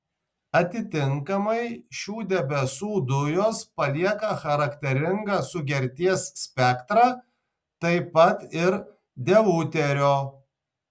atitinkamai šių debesų dujos palieka charakteringą sugerties spektrą taip pat ir deuterio